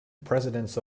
presidents